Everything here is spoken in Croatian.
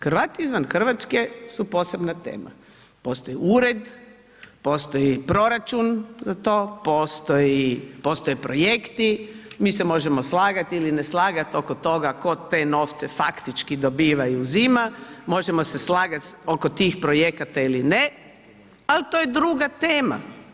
Hrvati izvan Hrvatske su posebna tema, postoji ured, postoji proračun za to, postoje projekti, mi se možemo slagati ili ne slagat oko toga tko te novce faktički dobiva i uzima, možemo se slagati oko tih projekata ili ne ali to je druga tema.